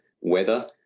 weather